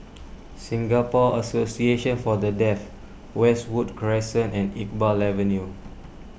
Singapore Association for the Deaf Westwood Crescent and Iqbal Avenue